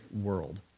world